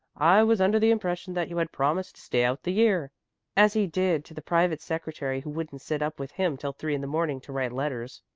i was under the impression that you had promised to stay out the year as he did to the private secretary who wouldn't sit up with him till three in the morning to write letters.